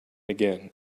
again